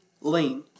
lean